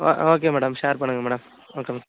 ஓ okay madam share பண்ணுங்கள் madam okay madam